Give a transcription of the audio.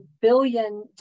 billion